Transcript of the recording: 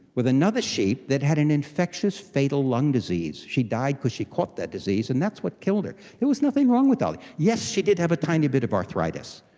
with another sheep that had an infectious fatal lung disease. she died because she caught that disease and that's what killed her. there was nothing wrong with dolly. yes, she did have a tiny bit of arthritis,